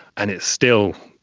and it's still,